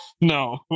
No